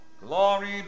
Glory